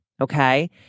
okay